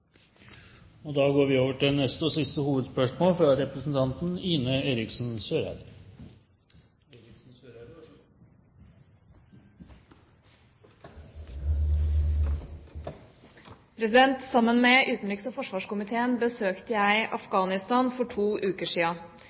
går videre til neste, og siste, hovedspørsmål. Sammen med utenriks- og forsvarskomiteen besøkte jeg Afghanistan for to uker siden. I en uke var komiteen sammen med norske soldater i Mazar-e Sharif og